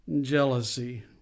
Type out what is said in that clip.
jealousy